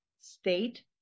state